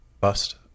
bust